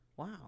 Wow